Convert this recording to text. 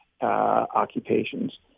occupations